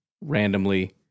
randomly